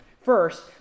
First